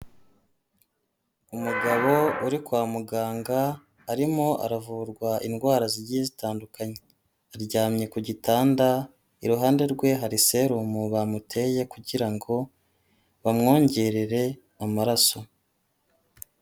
Umugabo uri kwa muganga arimo aravurwa indwara zigiye zitandukanye. Aryamye ku gitanda iruhande rwe hari serumu bamuteye kugira ngo bamwongerere amaraso.